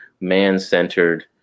man-centered